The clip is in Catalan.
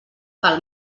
pel